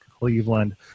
Cleveland